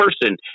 person